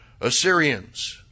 Assyrians